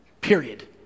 Period